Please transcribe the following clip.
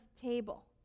table